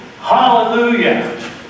Hallelujah